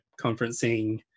conferencing